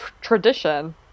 tradition